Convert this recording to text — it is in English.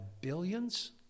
billions